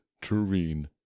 tureen